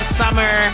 summer